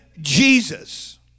Jesus